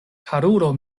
karulo